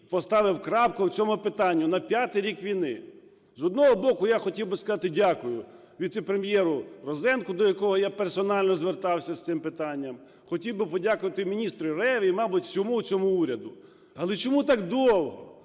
поставив крапку в цьому питанні, на п'ятий рік війни. З одного боку, я хотів би сказати "дякую" віце-прем'єру Розенку, до якого я персонально звертався з цим питанням. Хотів би подякувати міністру Реві і, мабуть, всьому цьому уряду. Але чому так довго?